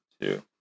two